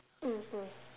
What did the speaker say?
mm mm